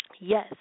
yes